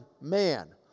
man